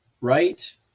right